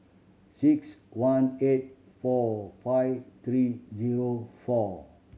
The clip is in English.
six one eight four five three zero four